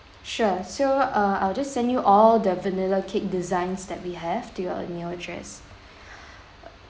sure so uh I'll just send you all the vanilla cake designs that we have to your email address